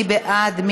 מי בעד?